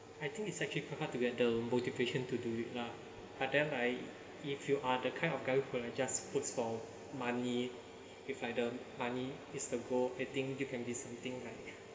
I think it's actually quite hard to get the motivation to do it lah but then right if you are the kind of guy who would just puts more money with like the money is the goal I think you can be something right